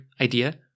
idea